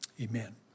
amen